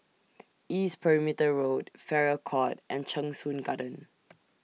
East Perimeter Road Farrer Court and Cheng Soon Garden